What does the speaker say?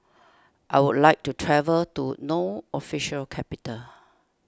I would like to travel to No Official Capital